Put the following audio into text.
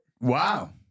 Wow